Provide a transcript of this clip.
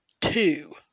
two